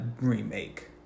remake